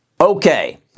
Okay